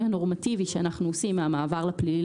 הנורמטיבי שאנחנו עושים מהמעבר לפלילי,